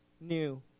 new